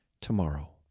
tomorrow